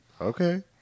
Okay